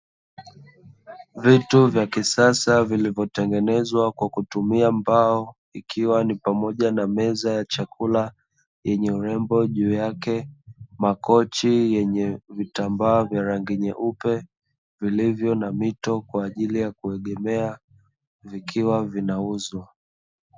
Vitu vya kisasa vilivyotengenezwa kwa kutumia mbao, ikiwa ni pamoja na meza ya chakula yenye urembo juu yake, makochi yenye vitambaa vya rangi nyeupe vilivyo na mito vilivyo na mito kwa ajili ya kuegemea vikiwa vinauzwa.